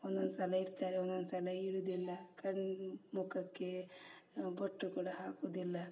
ಒಂದೊಂದು ಸಲ ಇಡ್ತಾರೆ ಒಂದೊಂದು ಸಲ ಇಡುವುದಿಲ್ಲ ಕಣ್ಣು ಮುಖಕ್ಕೆ ಬೊಟ್ಟು ಕೂಡ ಹಾಕುವುದಿಲ್ಲ